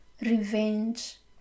revenge